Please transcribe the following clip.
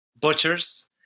butchers